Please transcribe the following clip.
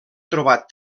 trobat